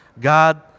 God